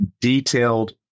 detailed